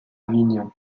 avignon